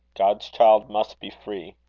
god's child must be free.